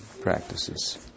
practices